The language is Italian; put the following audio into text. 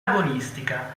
agonistica